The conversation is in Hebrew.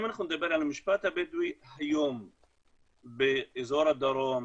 אם אנחנו נדבר על המשפט הבדואי היום באזור הדרום,